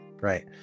Right